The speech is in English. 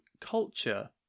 culture